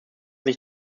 sich